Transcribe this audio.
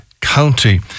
county